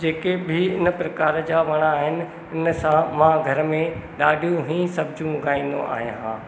जेके बि प्रकार जा वण आहिनि इनसां मां घर में ॾाढियूं ई सब्जियूं उॻाईंदो आहियां